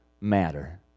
matter